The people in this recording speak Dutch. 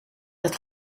het